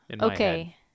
Okay